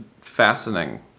fastening